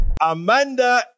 Amanda